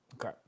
Okay